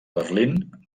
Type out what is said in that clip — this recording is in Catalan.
berlín